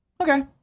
Okay